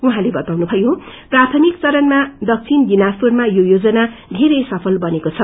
उहाँले बताउनुभयो प्राथमिक चरणमा दक्षिण दिनाजपुरमा यो योजना धेरै सफल बनेको छ